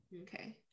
Okay